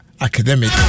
academic